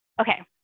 Okay